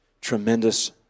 tremendous